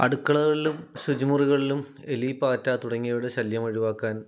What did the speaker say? അടുക്കളകളിലും ശുചിമുറികളിലും എലി പാറ്റ തുടങ്ങിയവയുടെ ശല്യം ഒഴിവാക്കാൻ